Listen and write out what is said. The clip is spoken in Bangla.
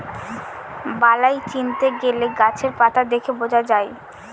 বালাই চিনতে গেলে গাছের পাতা দেখে বোঝা যায়